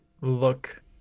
look